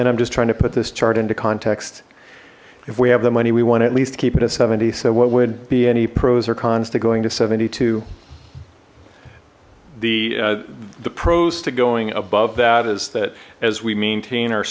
something i'm just trying to put this chart into context if we have the money we want to at least keep it a seventy so what would be any pros or cons to going to seventy two the the pros to going above that is that as we maintain our